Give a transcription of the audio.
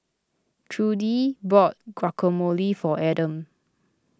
Trudie bought Guacamole for Adams